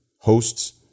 hosts